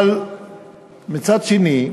אבל מצד שני,